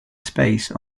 space